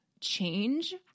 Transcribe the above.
change